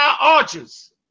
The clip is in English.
Archers